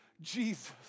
Jesus